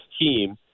team